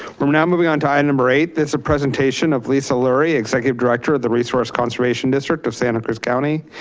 we're we're now moving on to item number eight. that's a presentation of lisa lurie, executive director of the resource conservation district of santa cruz county,